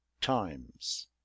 Times